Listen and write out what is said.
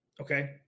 okay